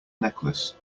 necklace